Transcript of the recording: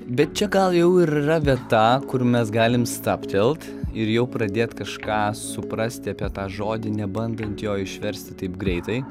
bet čia gal jau ir yra vieta kur mes galim stabtelt ir jau pradėt kažką suprasti apie tą žodį nebandant jo išversti taip greitai